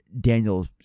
Daniel